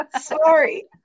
Sorry